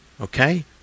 Okay